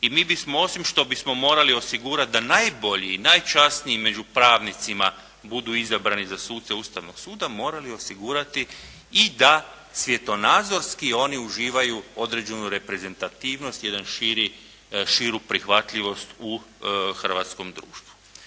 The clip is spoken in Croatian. i mi bismo osim što bismo morali osigurati da najbolji i najčasniji među pravnicima budu izabrani za suce Ustavnog suda morali osigurati i da svjetonazorski oni uživaju određenu reprezentativnost, jednu širu prihvatljivost u hrvatskom društvu.